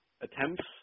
attempts